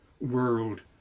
world